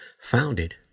founded